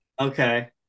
okay